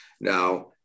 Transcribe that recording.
Now